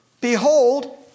behold